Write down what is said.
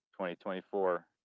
2024